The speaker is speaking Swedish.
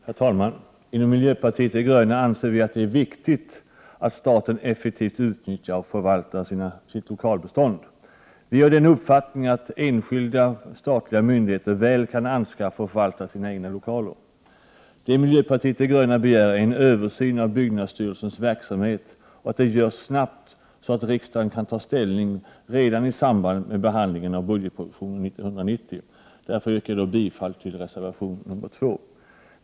Herr talman! Inom miljöpartiet de gröna anser vi att det är viktigt att staten effektivt utnyttjar och förvaltar sitt lokalbestånd. Vi är av den uppfattningen att enskilda statliga myndigheter väl kan anskaffa och förvalta sina egna lokaler. Miljöpartiet de gröna begär att en översyn av byggnadsstyrelsens verksamhet görs snabbt, så att riksdagen kan ta ställning redan i samband med behandlingen av budgetpropositionen 1990. Därför yrkar jag bifall till reservation 2.